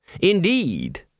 Indeed